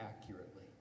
accurately